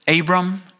Abram